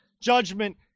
judgment